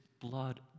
blood